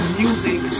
music